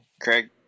craig